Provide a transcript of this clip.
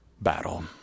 battle